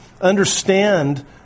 understand